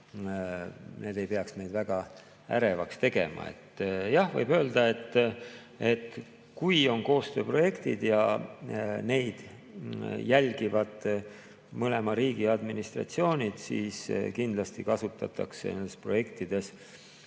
ei peaks meid väga ärevaks tegema. Jah, võib öelda, et kui on koostööprojektid ja neid jälgivad mõlema riigi administratsioonid, siis kindlasti kasutatakse nendes